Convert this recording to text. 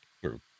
True